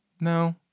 no